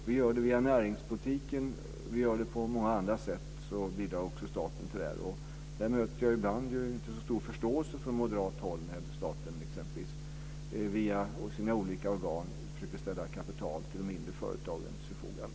Vi gör det via näringspolitiken och på många andra sätt. Jag möter ibland inte så stor förståelse från moderat håll när staten exempelvis via sina olika organ försöker ställa kapital till de mindre företagens förfogande.